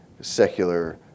secular